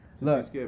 Look